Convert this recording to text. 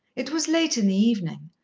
it was late in the evening,